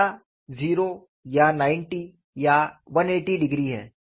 theta 0 या 90 या 180 degree है